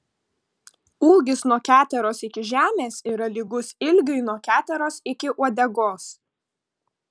ūgis nuo keteros iki žemės yra lygus ilgiui nuo keteros iki uodegos